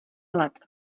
let